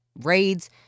Raids